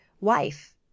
wife